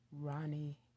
Ronnie